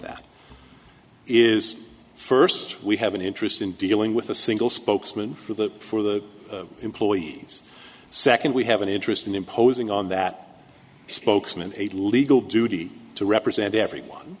that is first we have an interest in dealing with a single spokesman for the for the employees second we have an interest in imposing on that spokesman a legal duty to represent everyone